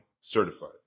certified